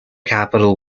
capital